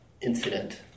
incident